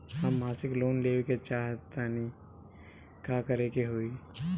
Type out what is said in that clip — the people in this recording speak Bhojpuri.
हम मासिक लोन लेवे के चाह तानि का करे के होई?